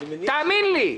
תאמין לי.